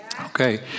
Okay